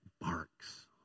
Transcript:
barks